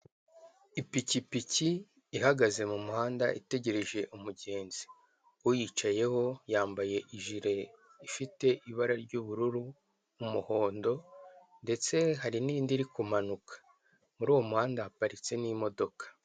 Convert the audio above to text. Ipikipiki ihagaze mu muhanda itegereje umugenzi uyicayeho yambaye ijire ifite ibara ry'ubururu n'umuhondo, ndetse hari n'indi iri kumanuka muri uwo muhanda haparitsemo imodoka.